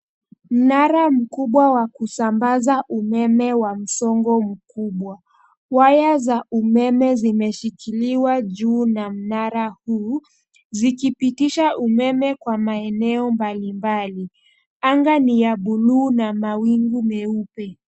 Mnara mkubwa wa kusambaza umeme wa msongo mkubwa. Wanya za umeme zimeshikiliwa juu na mnara huu zikipitisha umeme kwa maeneo mbalimbali. Anga ni ya buluu na mawingu meupe.